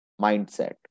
mindset